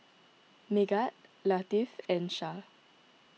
Megat Latif and Shah